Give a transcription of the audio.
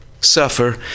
suffer